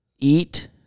Eat